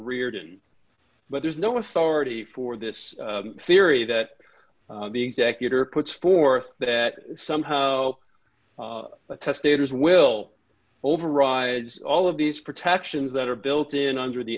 rearden but there's no authority for this theory that the executor puts forth that somehow the testator's will overrides all of these protections that are built in under the